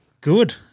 Good